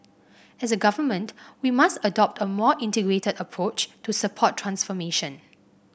as a Government we must adopt a more integrated approach to support transformation